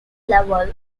level